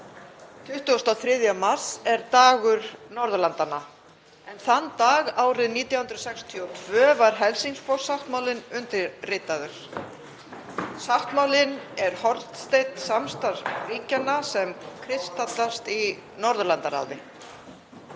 23. mars, er dagur Norðurlandanna, en þann dag árið 1962 var Helsingfors-sáttmálinn undirritaður. Sáttmálinn er hornsteinn samstarfs ríkjanna sem kristallast í Norðurlandaráði.